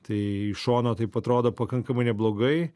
tai iš šono taip atrodo pakankamai neblogai